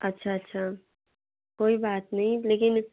अच्छा अच्छा कोई बात नहीं लेकिन